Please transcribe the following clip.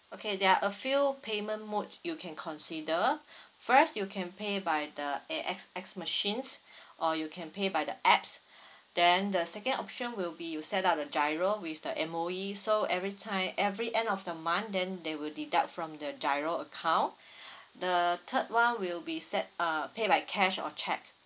okay there are a few payment mode you can consider first you can pay by the A_X_S machines or you can pay by the apps then the second option will be you set up the GIRO with the M_O_E so every time every end of the month then they will deduct from the GIRO account the third one will be set uh pay by cash or cheque